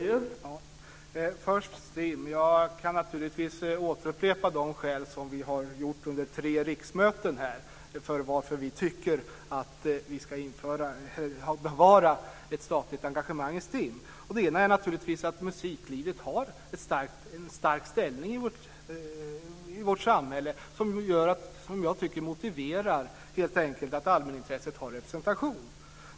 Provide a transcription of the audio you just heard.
Fru talman! Först STIM. Jag kan naturligtvis återupprepa de skäl som vi under tre riksmöten har anfört för att vi ska bevara ett statligt engagemang i STIM. Det ena är att musiklivet har en stark ställning i vårt samhälle som jag tycker helt enkelt motiverar att allmänintresset har representation.